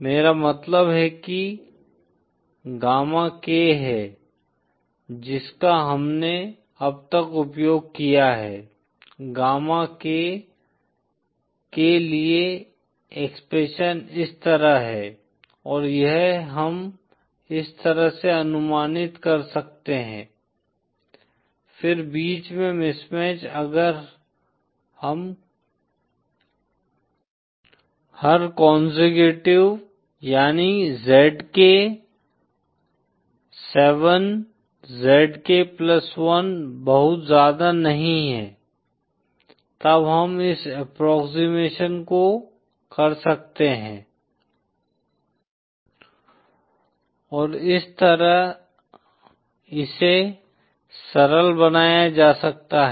मेरा मतलब है कि गामा k है जिसका हमने अब तक उपयोग किया है गामा k के लिए एक्सप्रेशन इस तरह है और यह हम इस तरह से अनुमानित कर सकते हैं फिर बीच में मिसमैच अगर हर कोनसेक्युटिव यानी zk 7 zk 1 बहुत ज्यादा नहीं है तब हम इस अप्प्रोक्सिमशन को कर सकते हैं और इस तरह इसे सरल बनाया जा सकता है